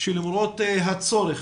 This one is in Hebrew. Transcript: שלמרות הצורך